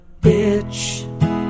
bitch